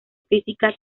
física